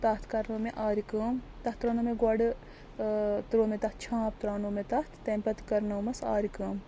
تَتھ کَرنٲو مےٚ آرِ کٲم تَتھ ترٛٲونٲو مےٚ گۄڈٕ ترٛوو مےٚ تَتھ چھانٛپ ترٛاونو مےٚ تَتھ تَمہِ پتہٕ کَرنٲمَس آرِ کٲم